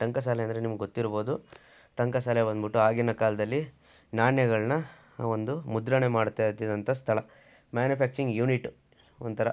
ಟಂಕಸಾಲೆ ಅಂದರೆ ನಿಮ್ಗೆ ಗೊತ್ತಿರಬೋದು ಟಂಕಸಾಲೆ ಬಂದ್ಬಿಟ್ಟು ಆಗಿನ ಕಾಲದಲ್ಲಿ ನಾಣ್ಯಗಳನ್ನ ಒಂದು ಮುದ್ರಣ ಮಾಡ್ತಾಯಿದ್ದಿದಂಥ ಸ್ಥಳ ಮ್ಯಾನುಫ್ಯಾಕ್ಚಿಂಗ್ ಯುನಿಟ್ ಒಂಥರ